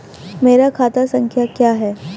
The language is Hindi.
मेरा खाता संख्या क्या है?